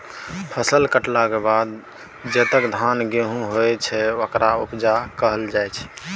फसल कटलाक बाद जतेक धान गहुम होइ छै ओकरा उपजा कहल जाइ छै